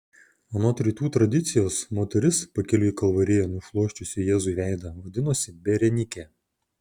anot rytų tradicijos moteris pakeliui į kalvariją nušluosčiusi jėzui veidą vadinosi berenikė